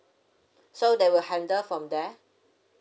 so they will handle from there